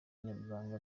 nyaburanga